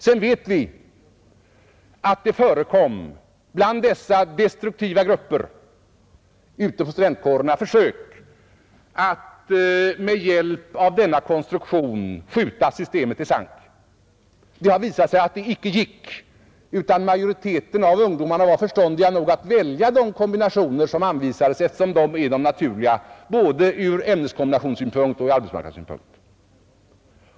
Sedan vet vi att det förekom bland dessa destruktiva grupper ute på studentkårerna försök att med hjälp av denna konstruktion med en särskild utbildningslinje skjuta systemet i sank. Det har visat sig att det icke gick, utan majoriteten av ungdomarna var förståndig nog att välja de kombinationer som anvisades, eftersom dessa är de naturliga både ur ämneskombinationssynpunkt och ur arbetsmarknadssynpunkt.